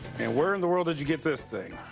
and where in the world did you get this thing?